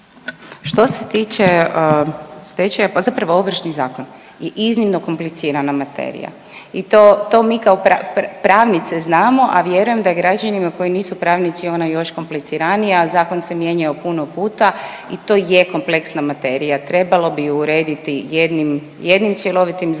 Što se tiče stečaja, pa zapravo Ovršni zakon je iznimno komplicirala materija i to mi kao pravnice znamo, a vjerujem da građanima koji nisu pravnici ona još kompliciranija. Zakon se mijenjao puno puta i to je kompleksna materija, trebalo bi je urediti jednim cjelovitim zakonom,